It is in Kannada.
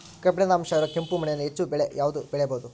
ಕಬ್ಬಿಣದ ಅಂಶ ಇರೋ ಕೆಂಪು ಮಣ್ಣಿನಲ್ಲಿ ಹೆಚ್ಚು ಬೆಳೆ ಯಾವುದು ಬೆಳಿಬೋದು?